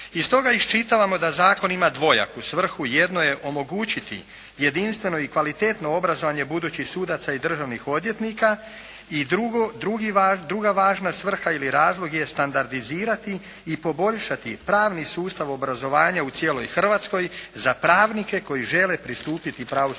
Iz toga iščitavamo da zakon ima dvojaku svrhu. Jedno je omogućiti jedinstveno i kvalitetno obrazovanje budućih sudaca i državnih odvjetnika i druga važna svrha ili razlog je standardizirati i poboljšati pravni sustav obrazovanja u cijeloj Hrvatskoj za pravnike koji žele pristupiti pravosudnom